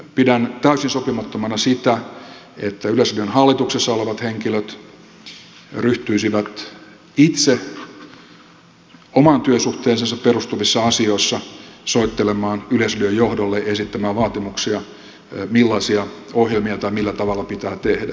pidän täysin sopimattomana sitä että yleisradion hallituksessa olevat henkilöt ryhtyisivät itse omaan työsuhteeseensa perustuvissa asioissa soittelemaan yleisradion johdolle ja esittämään vaatimuksia millaisia ohjelmia tai millä tavalla pitää tehdä